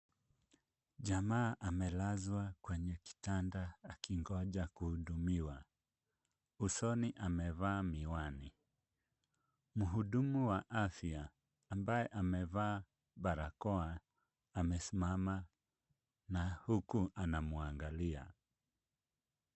Jamaa amelazwa kwenye kitanda akingoja kuhudumiwa. Usoni amevaa miwani. Mhudumu wa afya ambaye amevaa barakoa amesimama na huku anamwangalia.